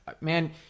Man